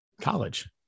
college